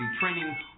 training